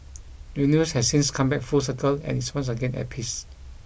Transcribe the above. universe has since come back full circle and is once again at peace